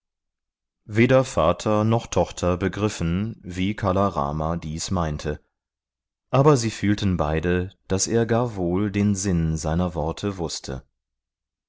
weder vater noch tochter begriffen wie kala rama dies meinte aber sie fühlten beide daß er gar wohl den sinn seiner worte wußte